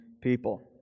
people